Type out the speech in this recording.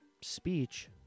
speech